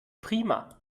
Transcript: prima